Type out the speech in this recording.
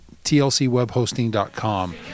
tlcwebhosting.com